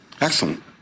Excellent